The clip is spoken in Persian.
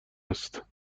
است